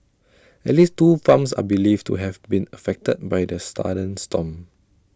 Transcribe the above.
at least two farms are believed to have been affected by the sudden storm